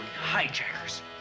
hijackers